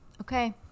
Okay